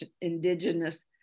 Indigenous